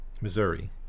Missouri